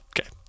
Okay